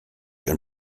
and